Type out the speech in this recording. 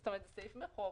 זאת אומרת, סעיף בחוק.